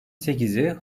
sekizi